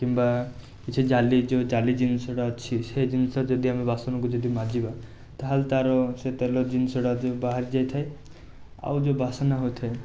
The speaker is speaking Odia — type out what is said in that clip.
କିମ୍ବା କିଛି ଜାଲି ଯେଉଁ ଜାଲି ଜିନିଷଟା ଅଛି ସେ ଜିନିଷ ଯଦି ଆମେ ବାସନକୁ ଯଦି ମାଜିବା ତାହେଲେ ତାର ସେ ତେଲ ଜିନିଷଟା ଯେଉଁ ବାହାରି ଯାଇଥାଏ ଆଉ ଯେଉଁ ବାସନା ହୋଇଥାଏ